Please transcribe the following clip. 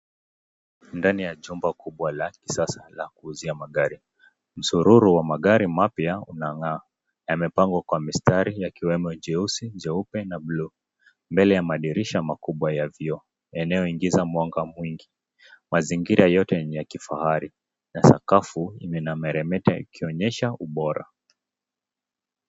Ndani ya jumba kubwa la kisasa la kuuzia magari, msororo wa magari mapya unang'aa. Yamepangwa kwa mistari yakiwemo jeusi, jeupe na blue . Mbele ya madirisha makubwa ya vioo inayo ingiza mwangaa mwingi. Mazingira yote ni ya kifahari na sakafu inameremeta ikionyesha ubora.